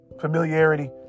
familiarity